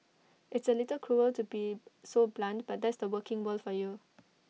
it's A little cruel to be so blunt but that's the working world for you